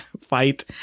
fight